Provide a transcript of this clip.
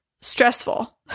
stressful